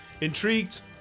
Intrigued